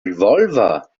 revolver